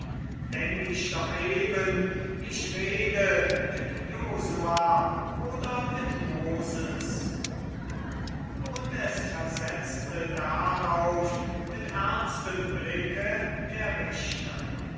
denk ich doch eben ich rede mit josua oder mit moses und es versetzte darauf mit ernstem blicke der richter